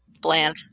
bland